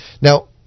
Now